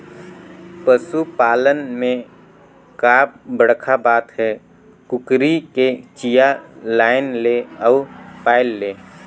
पसू पालन में का बड़खा बात हे, कुकरी के चिया लायन ले अउ पायल ले